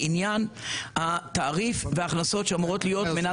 לעניין התעריף וההכנסות שאמורות להיות מנת חלקו.